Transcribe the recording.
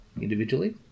individually